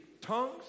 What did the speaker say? Tongues